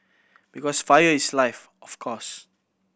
because fire is life of course